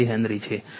આ સમસ્યા છે